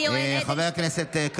(קוראת בשמות חברי הכנסת)